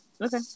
Okay